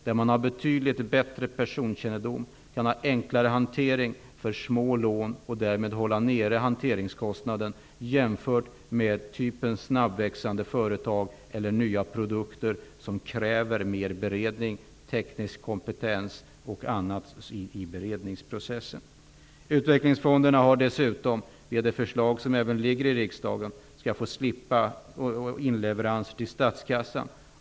Där har man betydligt bättre personkännedom, kan ha enklare hantering för små lån och därmed hålla nere hanteringskostnaden. Typen snabbväxande företag eller nya produkter kräver mer teknisk kompetens och annat i en längre beredningsprocess. Utvecklingsfonderna skall dessutom -- det är det förslag som ligger i riksdagen -- få slippa inleveranser till statskassan.